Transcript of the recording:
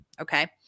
Okay